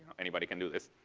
anybody can do this.